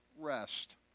rest